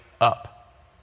up